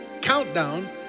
countdown